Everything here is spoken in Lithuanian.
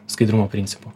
skaidrumo principų